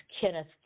Kenneth